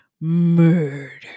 murder